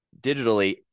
digitally